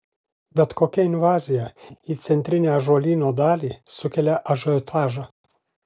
bet kokia invazija į centrinę ąžuolyno dalį sukelia ažiotažą